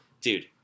dude